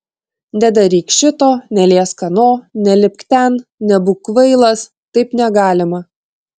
nedaryk šito neliesk ano nelipk ten nebūk kvailas taip negalima